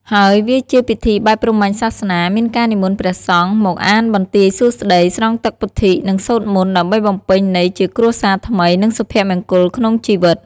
ហើយ វាជាពិធីបែបព្រហ្មញ្ញសាសនា មានការនិមន្តព្រះសង្ឃ មកអានបន្ទាយសួស្តី ស្រង់ទឹកពុទ្ធិ និងសូត្រមន្ត ដើម្បីបំពេញន័យជាគ្រួសារថ្មី និងសុភមង្គលក្នុងជីវិត។